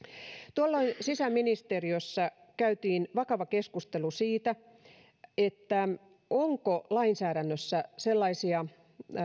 tuolloin sisäministeriössä käytiin vakava keskustelu siitä onko lainsäädännössä sellaisia